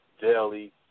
daily